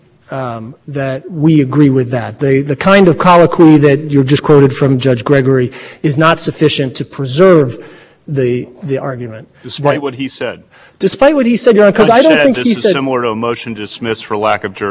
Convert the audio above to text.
than perhaps i think that last paragraph would suggest but i but be that as it may i think if the court at the end again stepping back i think the real question for the court is if you think that the government has essentially forfeited